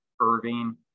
Irving